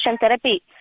therapy